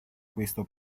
questo